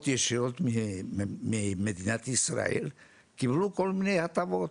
ישירות ממדינת ישראל קיבלו כל מיני הטבות.